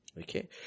Okay